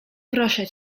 proszę